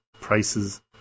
prices